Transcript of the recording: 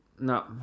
No